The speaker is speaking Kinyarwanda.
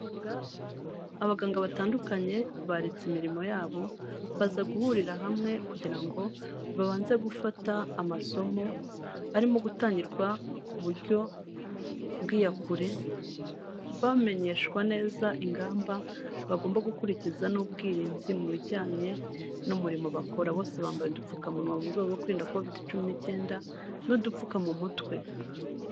Abaganga batandukanye baretse imirimo yabo, baza guhurira hamwe kugira ngo babanze gufata amasomo, arimo gutangirwa ku buryo bw'iyakure, bamenyeshwa neza ingamba bagomba gukurikiza n'ubwirinzi mu bijyanye n'umurimo bakora .Bose bambaye udupfukamunwa mu rwego rwo kwirinda covid cumi n'icyenda badupfuka mu mutwe.